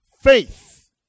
faith